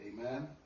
Amen